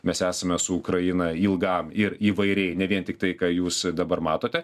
mes esame su ukraina ilgam ir įvairiai ne vien tiktai ką jūs dabar matote